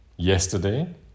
yesterday